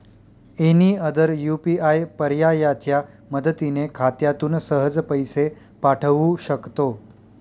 any other UPI पर्यायाच्या मदतीने खात्यातून सहज पैसे पाठवू शकतो